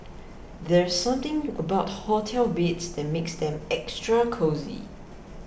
there's something about hotel beds that makes them extra cosy